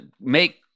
make